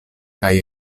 kaj